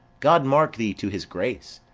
god mark thee to his grace!